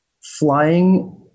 flying